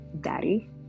Daddy